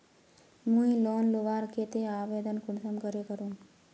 मुई लोन लुबार केते आवेदन कुंसम करे करूम?